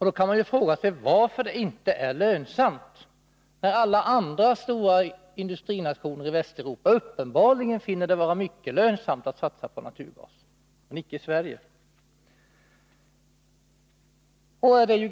Då kan man fråga sig varför det inte är lönsamt i vårt land, när alla andra stora industrinationer i Västeuropa uppenbarligen finner det mycket lönsamt att satsa på naturgas.